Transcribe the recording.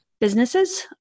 businesses